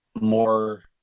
more